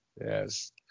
yes